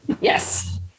Yes